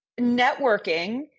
networking